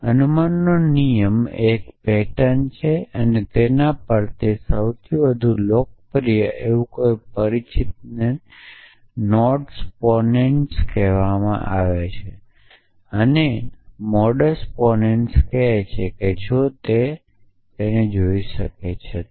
અનુમાનનો નિયમ એ એક પેટર્ન છે અને તે પર સૌથી વધુ લોકપ્રિય એવું મોડસ પોનેન્સ કહેવામાં આવે છે અને મોડસ પોનેન્સ કહે છે કે જો તે આલ્ફા જોઈ શકે તો